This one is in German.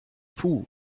puh